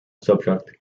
subject